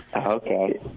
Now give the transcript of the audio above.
Okay